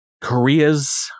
Korea's